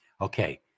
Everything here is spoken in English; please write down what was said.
Okay